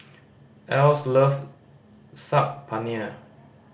Else love Saag Paneer